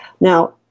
now